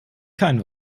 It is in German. kein